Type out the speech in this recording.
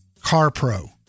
CarPro